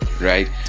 right